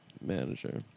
manager